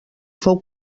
fou